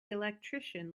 electrician